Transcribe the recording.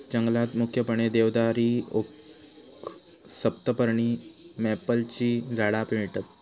जंगलात मुख्यपणे देवदारी, ओक, सप्तपर्णी, मॅपलची झाडा मिळतत